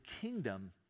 kingdom